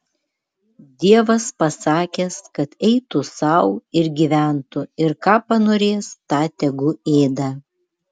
dievas pasakęs kad eitų sau ir gyventų ir ką panorės tą tegu ėda